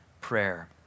prayer